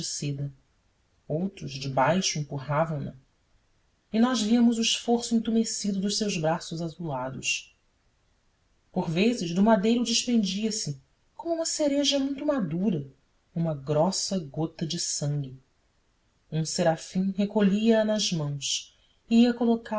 seda outros debaixo empurravam na e nós víamos o esforço entumecido dos seus braços azulados por vezes do madeiro desprendia-se como uma cereja muito madura uma grossa gota de sangue um serafim recolhia a nas mãos e ia